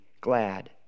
glad